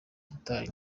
gitari